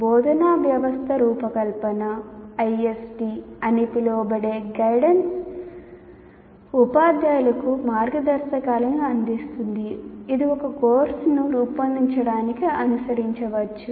బోధనా వ్యవస్థ రూపకల్పన అని పిలువబడే గైడ్లైన్స్ ఉపాధ్యాయులకు మార్గదర్శకాలను అందిస్తుంది ఇది ఒక కోర్సును రూపొందించడానికి అనుసరించవచ్చు